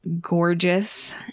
gorgeous